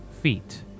Feet